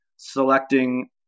selecting